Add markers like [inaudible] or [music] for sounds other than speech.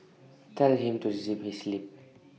tell him to zip his lip [noise]